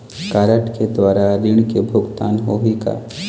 Card के द्वारा ऋण के भुगतान होही का?